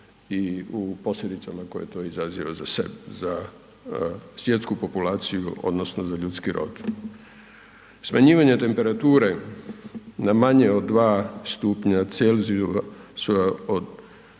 i u posljedicama koje to izaziva za svjetsku populaciju odnosno za ljudski rod. Smanjivanje temperature na manje od 2 stupnja C